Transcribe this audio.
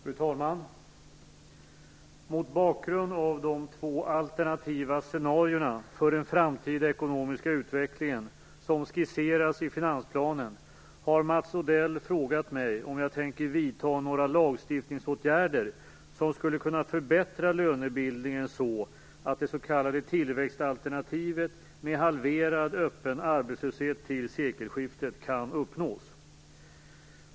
Fru talman! Mot bakgrund av de två alternativa scenarier för den framtida ekonomiska utvecklingen som skisseras i finansplanen har Mats Odell frågat mig om jag tänker vidta några lagstiftningsåtgärder som skulle kunna förbättra lönebildningen så att det s.k. tillväxtalternativet med halverad öppen arbetslöshet till sekelskiftet kan uppnås.